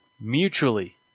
mutually